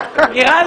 די,